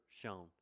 shown